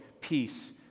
peace